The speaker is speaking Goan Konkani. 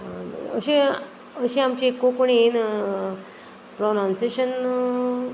अशी अशी आमची कोंकणीन प्रोनावंसियेशन